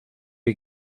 you